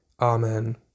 Amen